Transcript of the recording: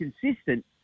consistent